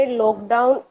lockdown